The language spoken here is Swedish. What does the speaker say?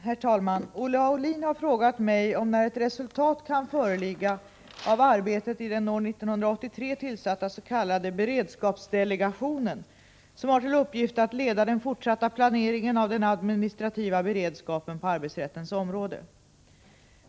Herr talman! Olle Aulin har frågat mig om när ett resultat kan föreligga av arbetet i den år 1983 tillsatta s.k. beredskapsdelegationen som har till uppgift att leda den fortsatta planeringen av den administrativa beredskapen på arbetsrättens område.